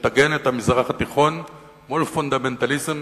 שתגן על המזרח התיכון מול פונדמנטליזם,